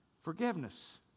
Forgiveness